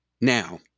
Now